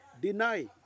deny